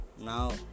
now